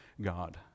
God